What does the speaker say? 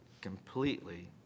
completely